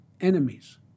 enemies